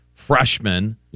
freshman